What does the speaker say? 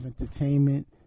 Entertainment